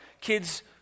kids